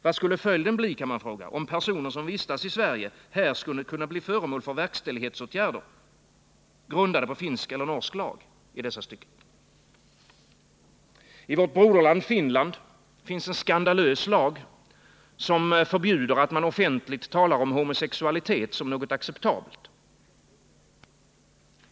Vad skulle följden bli, kan man fråga sig, om personer som vistas i Sverige här skulle kunna bli föremål för verkställighetsåtgärder grundade på finsk eller norsk lag i dessa stycken? I vårt broderland Finland finns en skandalös lag som förbjuder att man offentligt talar om homosexualitet som något acceptabelt.